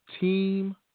Team